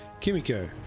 Kimiko